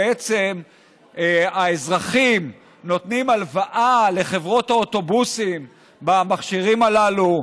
בעצם האזרחים נותנים הלוואה לחברות האוטובוסים במכשירים הללו.